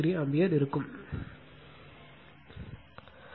87o ampere ஆகும்